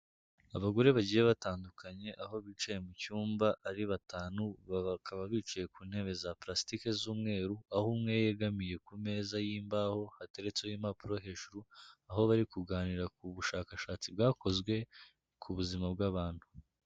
Abagore bagiye batandukanye, aho bicaye mu cyumba ari batanu, bakaba bicaye ku ntebe za plastic z'umweru, aho umwe yegamiye ku meza y'imbaho hateretseho impapuro hejuru, aho bari kuganira ku bushakashatsi bwakozwe ku buzima bw'abantu.